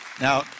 Now